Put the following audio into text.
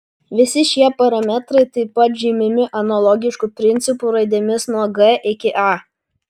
visi šie parametrai taip pat žymimi analogišku principu raidėmis nuo g iki a